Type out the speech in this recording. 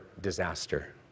disaster